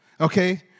okay